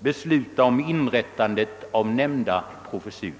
besluta om inrättande av nämnda professur.